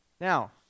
Now